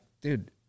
dude